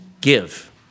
Give